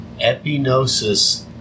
epinosis